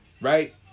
Right